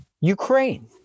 ukraine